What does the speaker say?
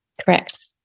Correct